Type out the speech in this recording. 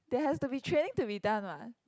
there has to be training to be done what